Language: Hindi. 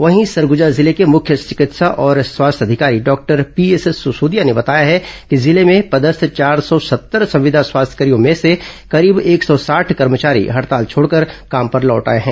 वहीं सरगुजा जिले के मुख्य चिकित्सा और स्वास्थ्य अधिकारी डॉक्टर पीएस सुसोदिया ने बताया है कि जिले में पदस्थ चार सौ सत्तर संविदा स्वास्थ्य कर्भियों में से करीब एक सौ साठ कर्मचारी हड़ताल छोड़कर काम पर लौट आए हैं